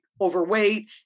overweight